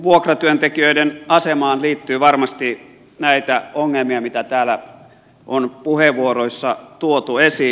vuokratyöntekijöiden asemaan liittyy varmasti näitä ongelmia mitä täällä on puheenvuoroissa tuotu esiin